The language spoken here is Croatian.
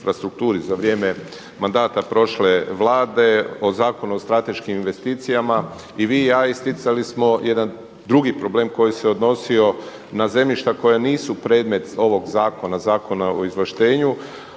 za vrijeme mandata prošle vlada o Zakonu o strateškim investicijama i vi i ja isticali smo jedan drugi problem koji se odnosio na zemljišta koja nisu predmet ovog zakona, Zakona o izvlaštenju,